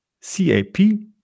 C-A-P